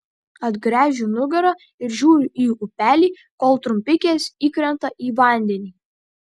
atgręžiu nugarą ir žiūriu į upelį kol trumpikės įkrenta į vandenį